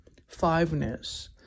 fiveness